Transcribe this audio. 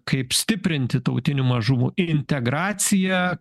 kaip stiprinti tautinių mažumų integraciją